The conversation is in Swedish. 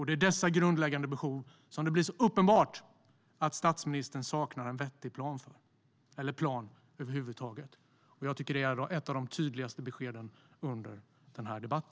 Det är dessa grundläggande behov som det är uppenbart att statsministern saknar en vettig plan för, eller en plan över huvud taget. Det är ett av de tydligaste beskeden under denna debatt.